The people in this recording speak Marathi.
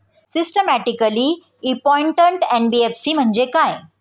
सिस्टमॅटिकली इंपॉर्टंट एन.बी.एफ.सी म्हणजे काय?